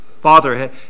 father